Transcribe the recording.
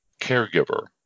caregiver